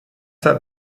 hat